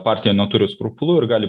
partija neturi skrupulų ir gali